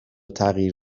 تغییر